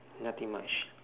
nothing much